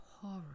horror